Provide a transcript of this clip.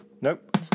Nope